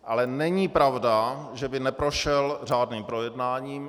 Ale není pravda, že by neprošel řádným projednáním.